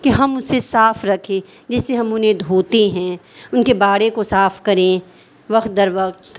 کہ ہم اسے صاف رکھیں جس سے ہم انہیں دھوتے ہیں ان کے باڑے کو صاف کریں وقت در وقت